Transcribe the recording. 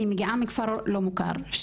אני מגיעה מכפר לא מוכר,